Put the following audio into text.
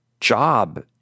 job